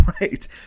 Right